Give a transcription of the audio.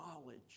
knowledge